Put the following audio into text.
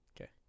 okay